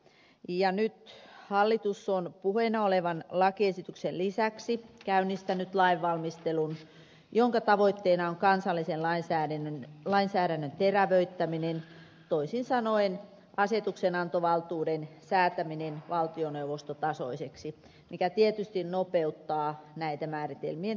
nyt hallitus on puheena olevan lakiesityksen lisäksi käynnistänyt lainvalmistelun jonka tavoitteena on kansallisen lainsäädännön terävöittäminen toisin sanoen asetuksenantovaltuuden säätäminen valtioneuvostotasoiseksi mikä tietysti nopeuttaa näitä määritelmien tekemisiä